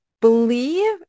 believe